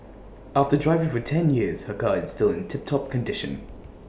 after driving for ten years her car is still in tiptop condition